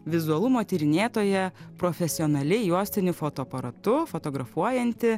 vizualumo tyrinėtoja profesionaliai juostiniu fotoaparatu fotografuojanti